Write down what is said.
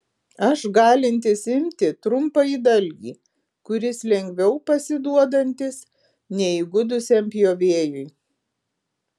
aš galintis imti trumpąjį dalgį kuris lengviau pasiduodantis neįgudusiam pjovėjui